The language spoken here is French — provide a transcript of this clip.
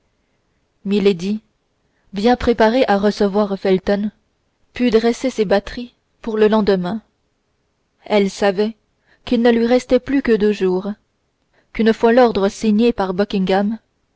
perdu milady bien préparée à recevoir felton put dresser ses batteries pour le lendemain elle savait qu'il ne lui restait plus que deux jours qu'une fois l'ordre signé par